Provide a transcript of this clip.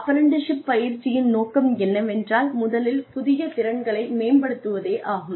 apprenticeship பயிற்சியின் நோக்கம் என்னவென்றால் முதலில் புதிய திறன்களை மேம்படுத்துவதே ஆகும்